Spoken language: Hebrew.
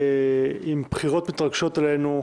עם בחירות שמתרגשות עלינו,